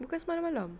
bukan semalam malam